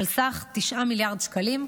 על סך 9 מיליארד שקלים.